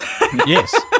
Yes